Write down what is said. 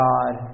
God